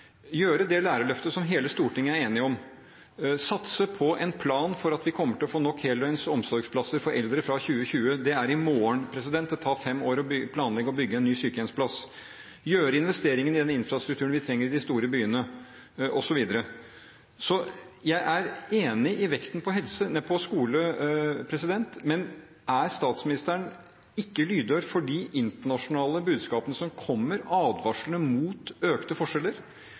gjøre det lærerløftet som hele Stortinget er enig om, satse på en plan, slik at vi kommer til å få nok heldøgns omsorgsplasser for eldre fra 2020? Det er i morgen. Det tar fem år å planlegge å bygge en ny sykehjemsplass, gjøre investeringer i den infrastrukturen vi trenger i de store byene osv. Jeg er enig i vekten på skole, men er statsministeren ikke lydhør for de internasjonale budskapene som kommer, advarslene mot økte forskjeller,